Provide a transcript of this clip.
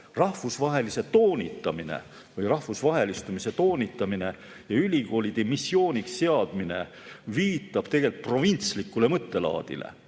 elu täiesti loomulik osa. Rahvusvahelistumise toonitamine ja ülikoolide missiooniks seadmine viitab tegelikult provintslikule mõttelaadile,